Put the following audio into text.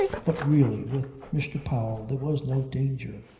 but really with mr. powell there was no danger.